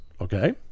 okay